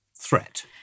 threat